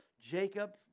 Jacob